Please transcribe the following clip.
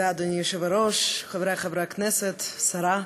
אדוני היושב-ראש, תודה, חברי חברי הכנסת, השרה,